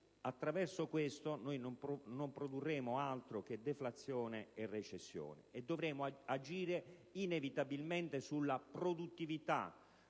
tal modo non produrremo altro che deflazione e recessione: dovremo agire inevitabilmente sulla produttività